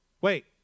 Wait